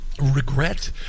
regret